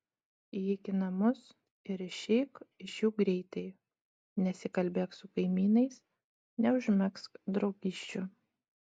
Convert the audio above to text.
įeik į namus ir išeik iš jų greitai nesikalbėk su kaimynais neužmegzk draugysčių